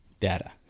Data